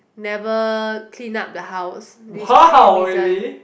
never clean up the house these three reason